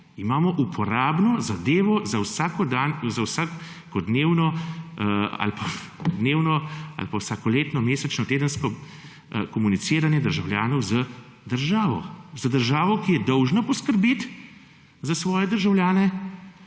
imamo uporabno zadevo za vsakodnevno ali pa dnevno ali pa vsakoletno, mesečno, tedensko komuniciranje državljanov z državo. Z državo, ki je dolžna poskrbeti za svoje državljane,